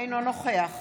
אינו נוכח